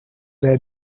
their